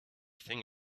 thing